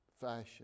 fashion